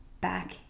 back